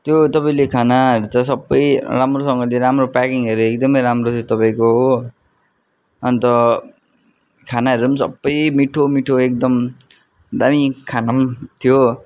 त्यो तपाईँले खानाहरू त सबै राम्रोसँगले राम्रो प्याकिङहरू एकदमै राम्रो थियो तपाईँको हो अन्त खानाहरू नै सबै मिठो मिठो एकदम दामी खाना पनि थियो